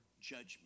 judgment